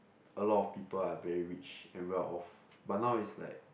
a lot of people are very rich and well off but now is like